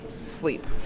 sleep